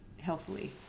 healthily